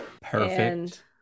Perfect